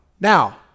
Now